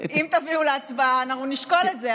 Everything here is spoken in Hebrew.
אם תביאו להצבעה אנחנו נשקול את זה,